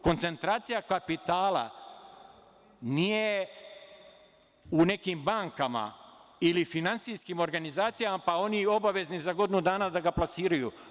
Koncentracija kapitala nije u nekim bankama ili finansijskim organizacija, pa oni obavezni za godinu dana da ga plasiraju.